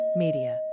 media